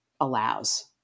allows